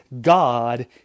God